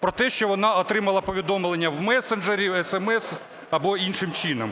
про те, що вона отримала повідомлення в месенджері, есемес або іншим чином.